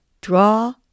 draw